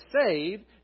saved